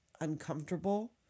uncomfortable